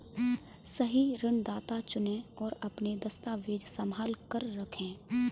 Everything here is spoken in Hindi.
सही ऋणदाता चुनें, और अपने दस्तावेज़ संभाल कर रखें